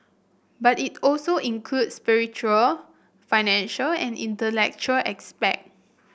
but it also includes spiritual financial and intellectual aspect